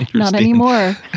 not anymore.